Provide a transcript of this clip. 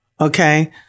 Okay